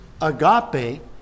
agape